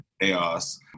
chaos